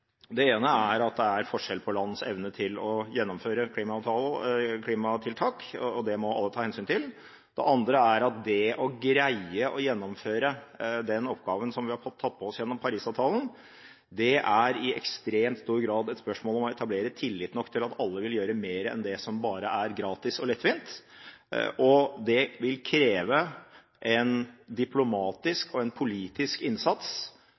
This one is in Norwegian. Det ene er at det er forskjell på lands evne til å gjennomføre klimatiltak. Det må alle ta hensyn til. Det andre er at det å greie å gjennomføre den oppgaven som vi har tatt på oss gjennom Paris-avtalen, er i ekstremt stor grad et spørsmål om å etablere nok tillit til at alle vil gjøre mer enn det som bare er gratis og lettvint. Det vil sannsynligvis kreve en diplomatisk og politisk innsats